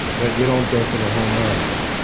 but you don't go for the home runs,